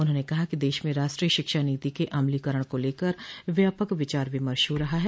उन्होंने कहा कि देश में राष्ट्रीय शिक्षा नीति के अमलीकरण को लेकर व्यापक विचार विमश हो रहा है